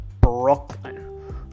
brooklyn